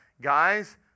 guys